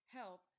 help